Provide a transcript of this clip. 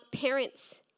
parents